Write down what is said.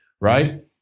Right